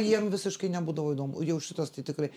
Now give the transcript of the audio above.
jiem visiškai nebūdavo įdomu jau šitas tai tikrai